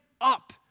up